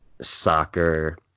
soccer